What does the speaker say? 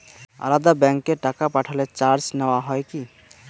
আলাদা ব্যাংকে টাকা পাঠালে চার্জ নেওয়া হয় কি?